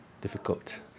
difficult